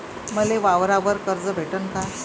मले वावरावर कर्ज भेटन का?